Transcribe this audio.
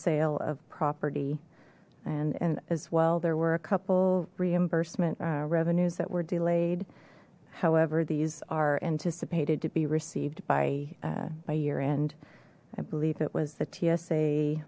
sale of property and and as well there were a couple reimbursement revenues that were delayed however these are anticipated to be received by my year end i believe it was the t